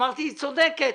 אמרתי, היא צודקת.